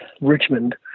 Richmond